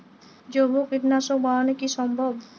জৈব কীটনাশক বানানো কি সম্ভব?